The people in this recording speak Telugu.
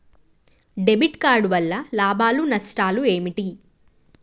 డెబిట్ కార్డు వల్ల లాభాలు నష్టాలు ఏమిటి?